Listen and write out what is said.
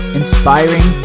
inspiring